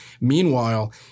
Meanwhile